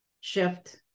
Shift